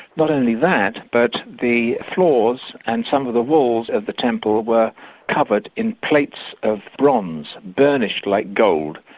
not only that but the floors and some of the walls of the temple were covered in plates of bronze, burnished like gold.